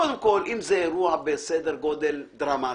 קודם כל, אם זה אירוע בסדר גודל דרמטי,